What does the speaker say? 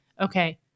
okay